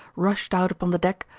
rushed out upon the deck,